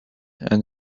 and